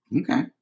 Okay